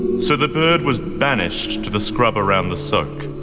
so the bird was banished to the scrub around the soak,